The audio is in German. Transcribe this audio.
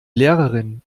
lehrerin